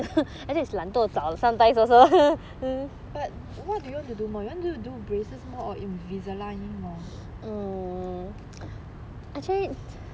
but what do you want to do more you want do braces more or invisalign more